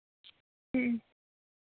ᱦᱮᱸ